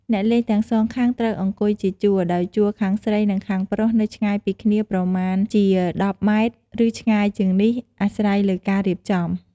អ្នកលេងទាំងសងខាងត្រូវអង្គុយជាជួរ ដោយជួរខាងស្រីនិងខាងប្រុសនៅឆ្ងាយពីគ្នាប្រមាណជា១០ម៉ែត្រ ឬឆ្ងាយជាងនេះអាស្រ័យលើការរៀបចំ។